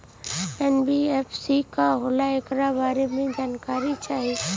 NBFC का होला ऐकरा बारे मे जानकारी चाही?